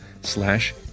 slash